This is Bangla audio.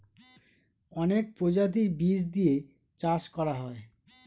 অনেক প্রজাতির বীজ দিয়ে চাষ করা হয়